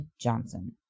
Johnson